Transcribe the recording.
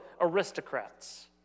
aristocrats